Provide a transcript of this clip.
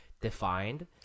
defined